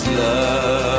love